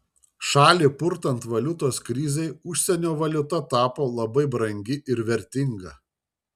šalį purtant valiutos krizei užsienio valiuta tapo labai brangi ir vertinga